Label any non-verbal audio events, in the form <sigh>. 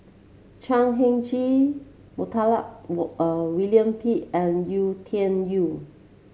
Chan Heng Chee Montague <hesitation> William Pett and Yau Tian Yau